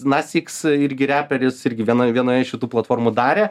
nasiks irgi reperis irgi vienoj vienoje iš šitų platformų darė